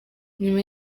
nyuma